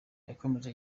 yakomeje